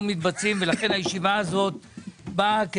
מבצע את זה אבל קיבלנו תלונות שדברים לא מתבצעים ולכן הישיבה הזאת באה ,